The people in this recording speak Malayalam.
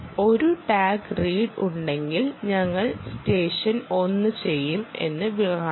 ഒരു ടാഗ് റീഡ് ഉണ്ടെങ്കിൽ ഞങ്ങൾ സ്റ്റെഷൻ 1 ചെയ്യും എന്ന് കാണാം